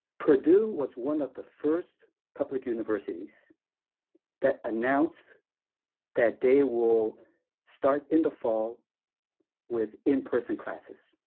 purdue was one of the first public universities that announced that they will start in the fall with in-person classes.